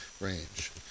range